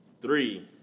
Three